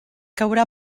caurà